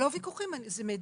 זה לא ויכוחים זה מידע.